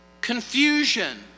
confusion